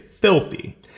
filthy